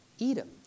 Edom